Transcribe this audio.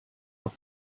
auf